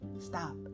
stop